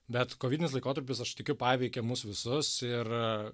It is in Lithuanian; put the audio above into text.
bet kovinis laikotarpis aš tikiu paveikė mus visus ir